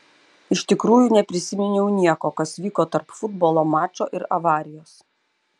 iš tikrųjų neprisiminiau nieko kas vyko tarp futbolo mačo ir avarijos